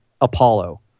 Apollo